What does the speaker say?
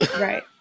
Right